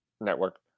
network